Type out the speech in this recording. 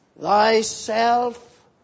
thyself